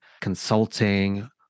consulting